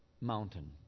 mountain